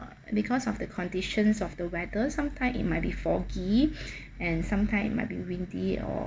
uh because of the conditions of the weather sometimes it might be foggy and sometimes it might be windy or